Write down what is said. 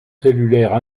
cellulaires